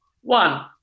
One